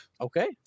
Okay